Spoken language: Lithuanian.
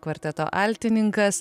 kvarteto altininkas